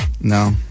No